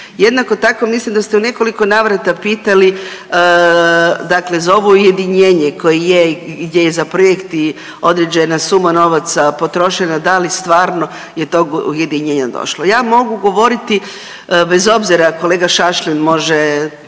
Jednako tako mislim da ste u nekoliko navrata pitali dakle za ovo ujedinjenje koje je i gdje je za projekt i određena suma novaca potrošena da li stvarno je do tog ujedinjenja došlo. Ja mogu govoriti bez obzira kolega Šašlin može